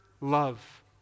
love